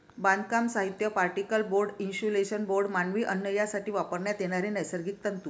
बांधकाम साहित्य, particle board, insulation board, मानवी अन्न यासाठी वापरण्यात येणारे नैसर्गिक तंतू